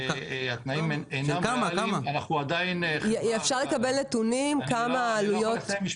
אפשר לקבל נתונים על העלויות?